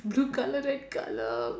blue colour red colour